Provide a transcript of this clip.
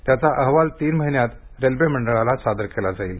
त्याचा अहवाल तीन महिन्यांत रेल्वे मंडळाला सादर केला जाईल